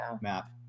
map